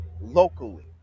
locally